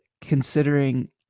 Considering